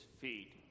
feet